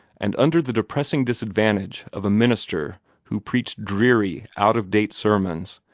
and under the depressing disadvantage of a minister who preached dreary out-of-date sermons,